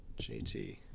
JT